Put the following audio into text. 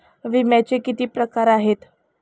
विम्याचे किती प्रकार आहेत?